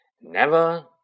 Never